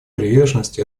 приверженность